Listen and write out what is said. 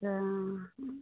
अच्छा